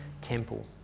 temple